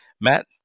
Matt